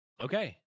Okay